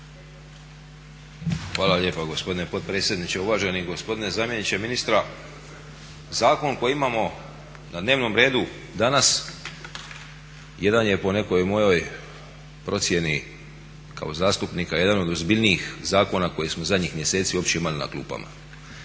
Hvala lijepa gospodine potpredsjedniče. Uvaženi gospodine zamjeniče ministra zakon koji imamo na dnevnom redu danas jedan je po nekoj mojoj procjeni kao zastupnika jedan od ozbiljnijih zakona koje smo zadnjih mjeseci uopće imali na klupama.